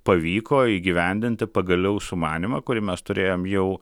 pavyko įgyvendinti pagaliau sumanymą kurį mes turėjom jau